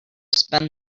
spend